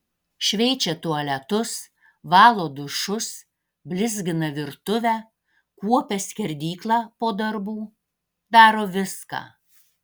šveičia tualetus valo dušus blizgina virtuvę kuopia skerdyklą po darbų daro viską